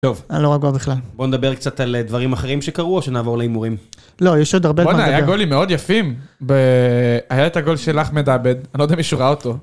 טוב, אני לא רגוע בכלל, בואו נדבר קצת על דברים אחרים שקרו או שנעבור להימורים. לא, יש עוד הרבה דברים. בואנה היה גולים מאוד יפים, היה את הגול של אחמד עאבד, אני לא יודע אם מישהו ראה אותו